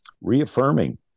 reaffirming